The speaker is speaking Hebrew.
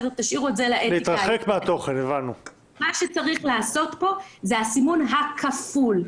מה שצריך לעשות פה זה הסימון הכפול,